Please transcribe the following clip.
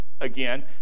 again